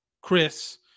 Chris